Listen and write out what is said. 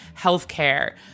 Healthcare